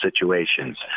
situations